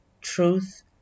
truth